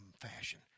fashion